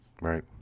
Right